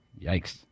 Yikes